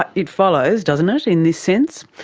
ah it follows, doesn't it, in this sense?